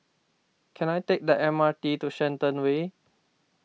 can I take the M R T to Shenton Way